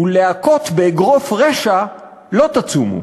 ולהכות בְּאֶגְרֹף רשע לא תצומו